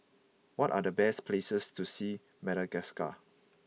what are the best places to see Madagascar